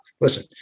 Listen